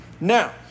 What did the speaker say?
Now